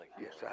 Yes